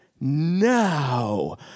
Now